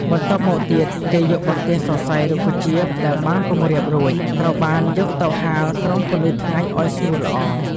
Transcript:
បន្ទាប់មកទៀតគេយកបន្ទះសរសៃរុក្ខជាតិដែលបានពង្រាបរួច ត្រូវបានយកទៅហាលក្រោមពន្លឺថ្ងៃឱ្យស្ងួតល្អ។